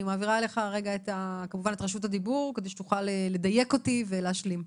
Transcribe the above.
אני מעבירה אליך את רשות הדיבור כדי שתוכל לדייק אותי ולהשלים.